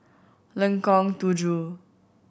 Lengkong Tujuh